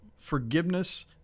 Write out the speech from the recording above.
Forgiveness